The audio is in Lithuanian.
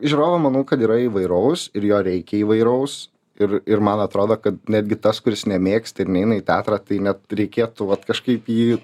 žiūrovo manau kad yra įvairaus ir jo reikia įvairaus ir ir man atrodo kad netgi tas kuris nemėgsta neina į teatrą tai net reikėtų vat kažkaip jį